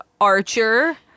Archer